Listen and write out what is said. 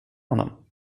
honom